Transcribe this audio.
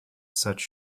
such